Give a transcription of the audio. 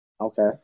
Okay